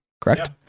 correct